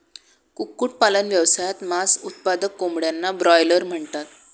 कुक्कुटपालन व्यवसायात, मांस उत्पादक कोंबड्यांना ब्रॉयलर म्हणतात